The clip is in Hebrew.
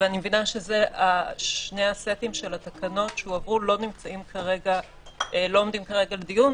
ואני מבינה ששני הסטים של התקנות שהועברו לא עומדים כרגע לדיון.